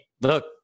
look